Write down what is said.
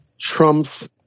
Trump's